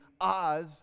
Oz